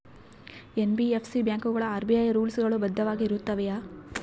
NBFC ಬ್ಯಾಂಕುಗಳು RBI rules ಗಳು ಬದ್ಧವಾಗಿ ಇರುತ್ತವೆಯ?